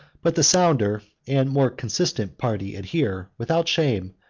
but the sounder and more consistent party adhere without shame,